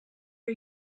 are